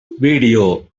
video